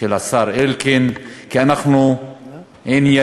של השר אלקין, כי אנחנו ענייניים,